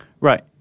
Right